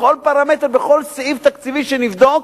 בכל סעיף תקציבי שנבדוק,